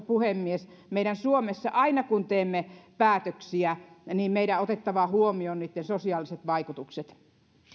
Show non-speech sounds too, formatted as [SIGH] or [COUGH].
[UNINTELLIGIBLE] puhemies meidän on suomessa aina kun teemme päätöksiä otettava huomioon niitten sosiaaliset vaikutukset